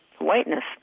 whiteness